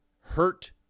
hurt